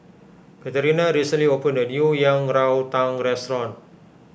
Katerina recently opened a new Yang Rou Tang restaurant